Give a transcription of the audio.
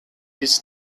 this